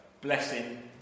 blessing